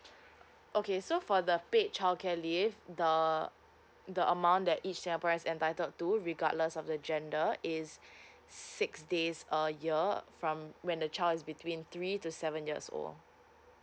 okay so for the paid childcare leave the the amount that each singaporean entitled to regardless of the gender is six days a year from when the child is between three to seven years old